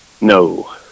No